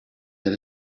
that